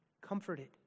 comforted